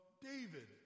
David